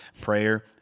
prayer